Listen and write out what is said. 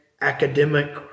academic